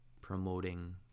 promoting